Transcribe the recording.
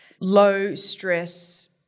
low-stress